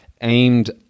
aimed